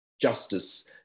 justice